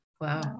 Wow